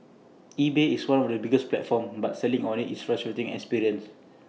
eBay is one of the biggest platforms but selling on IT is frustrating experience